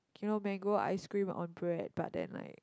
you know mango ice cream on bread but then like